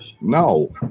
No